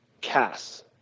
Cass